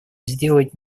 сделать